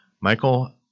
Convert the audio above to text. Michael